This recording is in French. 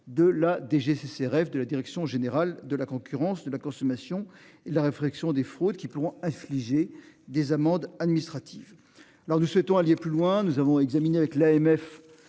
de la DGCCRF de la direction générale de la concurrence de la consommation et de la réflexion des fraudes qui pourront infliger des amendes administratives. Alors nous souhaitons plus loin nous avons examiné avec l'AMF